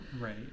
Right